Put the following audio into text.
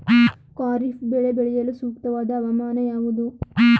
ಖಾರಿಫ್ ಬೆಳೆ ಬೆಳೆಯಲು ಸೂಕ್ತವಾದ ಹವಾಮಾನ ಯಾವುದು?